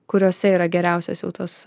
kuriose yra geriausios jau tos